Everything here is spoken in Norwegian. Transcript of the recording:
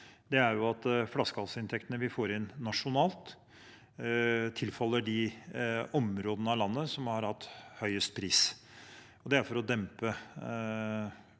Det er at flaskehalseinntektene vi får inn nasjonalt, tilfaller de områdene av landet som har hatt høyest pris. Det er for å dempe behovet